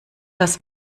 das